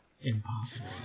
impossible